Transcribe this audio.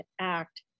act